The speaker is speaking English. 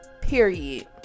Period